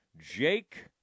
Jake